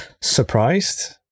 surprised